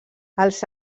els